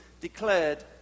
declared